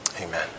Amen